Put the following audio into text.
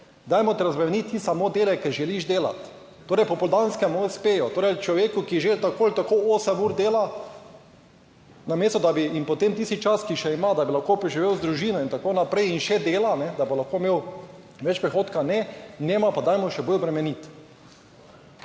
dajmo razbremeniti samo dele, ker želiš delati torej popoldanskem espeju torej človeku, ki že tako ali tako 8 ur dela. Namesto, da bi jim potem tisti čas, ki še ima, da bi lahko preživel z družino in tako naprej in še dela, da bo lahko imel več prihodka, ne, njega pa dajmo še bolj obremeniti